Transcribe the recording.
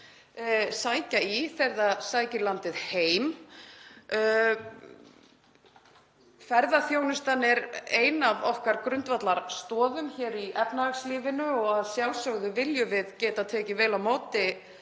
sækja í þegar það sækir landið heim. Ferðaþjónustan er ein af okkar grundvallarstoðum hér í efnahagslífinu og að sjálfsögðu viljum við geta tekið vel á móti